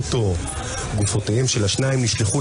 מודעים להם היטב כאשר הן הופכות את התקופה הזאת מבחינתנו